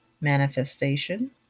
manifestation